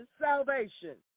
salvation